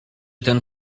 ten